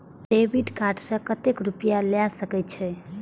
Debit card से कतेक रूपया ले सके छै?